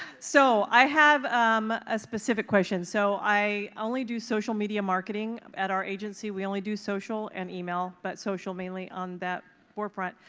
so i have a specific question. so i only do social media marketing at our agency. we only do social and email, but social mainly on that forefront.